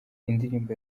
indirimbo